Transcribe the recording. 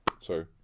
Sorry